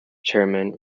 chairman